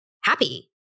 happy